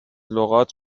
لغات